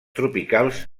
tropicals